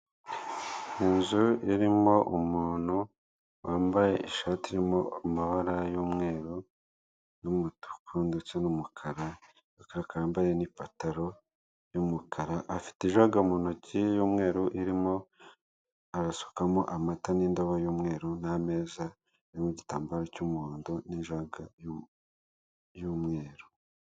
Inzu irimo umuntu wambaye ishati irimo amabara y'umweru, n'umutuku ndetse n'umukara, akaba yambaye n'ipantaro y'umukara, afite ijaga mu ntoki y'umweru irimo arasukamo amata n'indobo y'umweru n'ameza ariho igitambaro cy'umuhondo n'ijaga y'umweru.